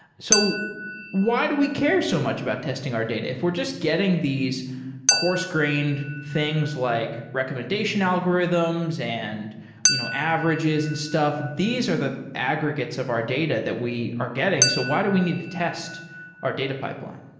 so why do we care so much about testing our data? if we're just getting these coarse-grained things like recommendation algorithms and you know averages and stuff, these are the aggregates of our data that we are getting. so why do we need to test our data pipeline?